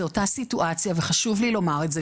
זו אותה סיטואציה וחשוב לי לומר את זה,